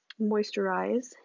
moisturize